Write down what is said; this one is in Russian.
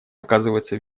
оказывается